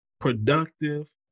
productive